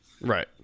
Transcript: right